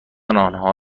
آنها